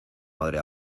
madre